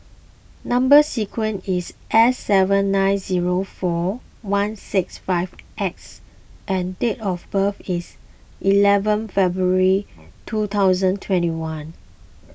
Number Sequence is S seven nine zero four one six five X and date of birth is eleven February two thousand twenty one